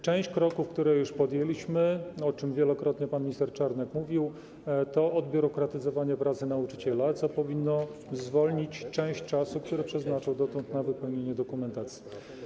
Część kroków, które już poczyniliśmy, o czym wielokrotnie pan minister Czarnek mówił, dotyczy odbiurokratyzowania pracy nauczyciela, co powinno zwolnić część czasu, który przeznaczał on dotychczas na wypełnianie dokumentacji.